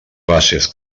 bases